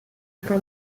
for